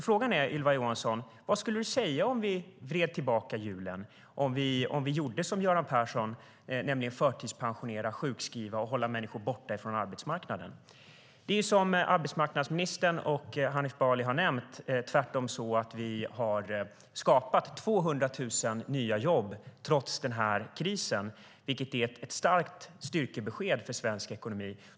Frågan är, Ylva Johansson: Vad skulle du säga om vi vred tillbaka hjulen, om vi gjorde som Göran Persson, nämligen förtidspensionerade, sjukskrev och höll människor borta från arbetsmarknaden? Det är som arbetsmarknadsministern och Hanif Bali har nämnt tvärtom så att vi har skapat 200 000 nya jobb trots den här krisen, vilket är ett kraftfullt styrkebesked för svensk ekonomi.